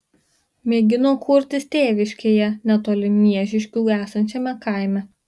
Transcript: mėgino kurtis tėviškėje netoli miežiškių esančiame kaime